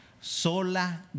Sola